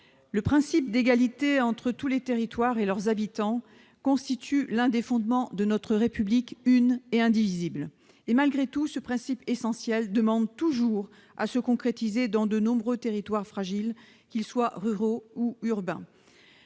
le principe d'égalité entre tous les territoires et leurs habitants constitue l'un des fondements de notre République une et indivisible. Toutefois, ce principe essentiel demande toujours à se concrétiser dans de nombreux territoires fragiles, ruraux ou urbains.